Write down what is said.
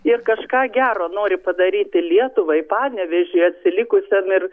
ir kažką gero nori padaryti lietuvai panevėžiui atsilikusiam ir